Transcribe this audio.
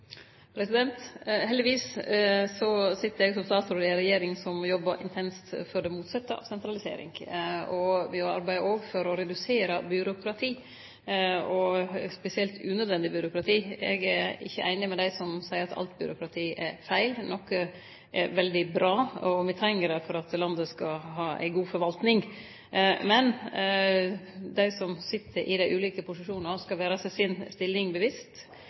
Heldigvis sit eg som statsråd i ei regjering som jobbar intenst for det motsette av sentralisering. Me arbeider òg for å redusere byråkratiet – spesielt unødvendig byråkrati. Eg er ikkje einig med dei som seier at alt byråkrati er feil. Noko er veldig bra, og me treng det for at landet skal ha ei god forvaltning. Men dei som sit i dei ulike posisjonane, må vere seg si stilling